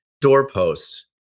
doorposts